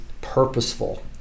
purposeful